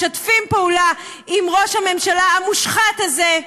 משתפים פעולה עם ראש הממשלה המושחת הזה,